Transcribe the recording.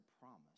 promise